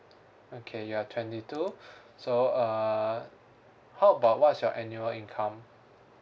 okay you're twenty two so err how about what's your annual income